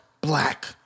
black